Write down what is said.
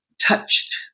touched